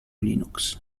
linux